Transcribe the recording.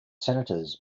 senators